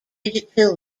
digital